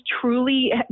truly